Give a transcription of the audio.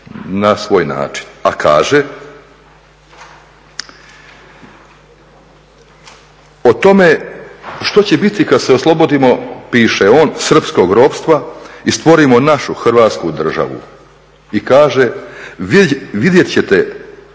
na svoj način. A kaže o tome što će biti kad se oslobodimo piše on srpskog ropstva i stvorimo našu Hrvatsku državu i kaže vidjet ćete